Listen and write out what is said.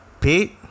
Pete